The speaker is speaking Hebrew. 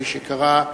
כפי שקרה,